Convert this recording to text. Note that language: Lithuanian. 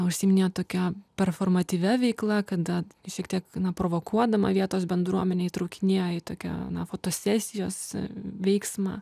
užsiiminėjo tokia performatyvia veikla kada šiek tiek na provokuodama vietos bendruomenę įtraukinėjo į tokią ną fotosesijos veiksmą